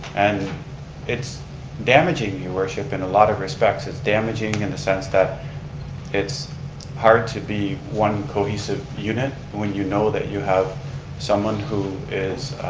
and it's damaging your worship in a lot of respects. it's damaging in and a sense that it's hard to be one cohesive unit when you know that you have someone who is